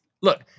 look